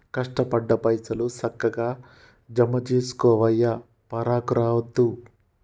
కష్టపడ్డ పైసలు, సక్కగ జమజేసుకోవయ్యా, పరాకు రావద్దు